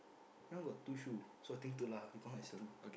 this one got two shoe so I think two lah we count as two